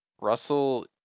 russell